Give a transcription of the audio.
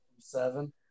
Seven